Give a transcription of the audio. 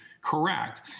correct